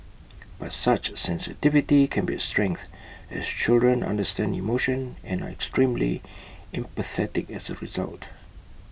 but such sensitivity can be A strength as children understand emotion and are extremely empathetic as A result